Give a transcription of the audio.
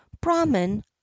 Brahman